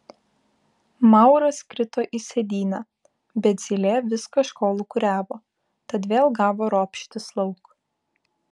mauras krito į sėdynę bet zylė vis kažko lūkuriavo tad vėl gavo ropštis lauk